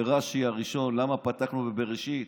לרש"י הראשון: למה פתחנו בבראשית?